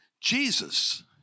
Jesus